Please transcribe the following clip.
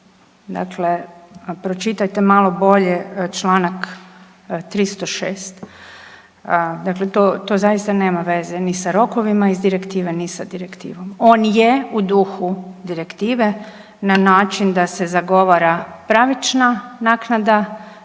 Dakle, pročitajte malo bolje Članak 306., dakle to zaista nema veze ni sa rokovima iz direktive, ni sa direktivom. On je u duhu direktive na način da se zagovara pravična naknada